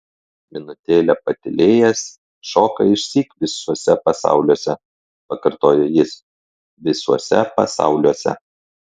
minutėlę patylėjęs šoka išsyk visuose pasauliuose pakartojo jis visuose pasauliuose